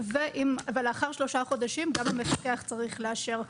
לאחר שלושה חודשים גם המפקח צריך לאשר.